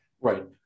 Right